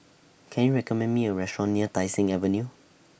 Can YOU recommend Me A Restaurant near Tai Seng Avenue